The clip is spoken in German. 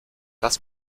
dass